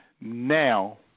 now